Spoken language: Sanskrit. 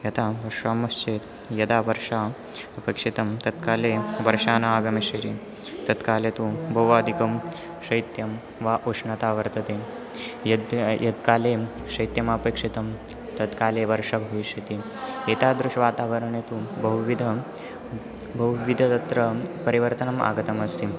यथा पश्यामश्चेत् यदा वर्षः अपेक्षितं तत्काले वर्षः न आगमिष्यति तत्काले तु बहु आधिकं शैत्यं वा उष्णता वर्तते यत् यत्काले शैत्यम् आपेक्षितं तत्काले वर्षः भविष्यति एतादृशवातावरणे तु बहुविधः बहुविधः अत्र परिवर्तनम् आगतम् अस्ति